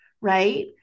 right